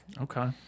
Okay